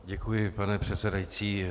Děkuji, pane předsedající.